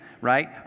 Right